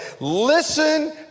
Listen